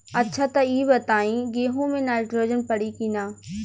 अच्छा त ई बताईं गेहूँ मे नाइट्रोजन पड़ी कि ना?